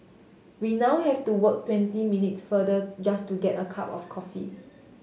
we now have to walk twenty minutes farther just to get a cup of coffee